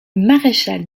maréchal